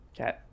Okay